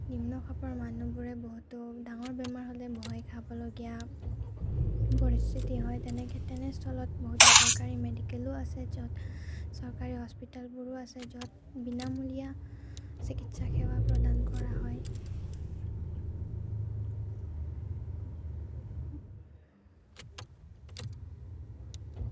নিম্নখাপৰ মানুহবোৰে বহুত ডাঙৰ বেমাৰ হ'লে ভয় খাবলগীয়া পৰিস্থিতি হয় তেনেক্ষেত্ৰত তেনেস্থলত বহুতো চৰকাৰী মেডিকেলো আছে য'ত চৰকাৰী হস্পিতেলবোৰো আছে য'ত বিনামূলীয়া চিকিৎসা সেৱা প্ৰদান কৰা হয়